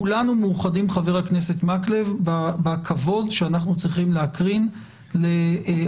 כולנו מאוחדים חבר הכנסת מקלב בכבוד שאנחנו צריכים להקרין לעובדי